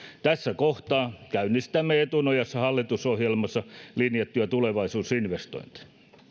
tässä kohtaa käynnistämme etunojassa hallitusohjelmassa linjattuja tulevaisuusinvestointeja